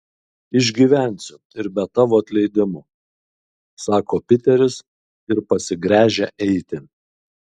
išgyvensiu ir be tavo atleidimo sako piteris ir pasigręžia eiti